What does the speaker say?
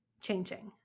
changing